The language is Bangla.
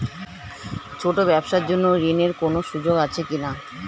ছোট ব্যবসার জন্য ঋণ এর কোন সুযোগ আছে কি না?